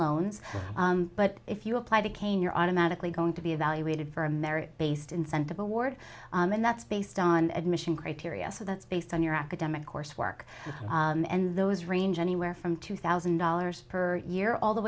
loans but if you apply the cane you're automatically going to be evaluated for a merit based incentive award and that's based on admissions criteria so that's based on your academic coursework and those range anywhere from two thousand dollars per year all the